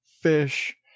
fish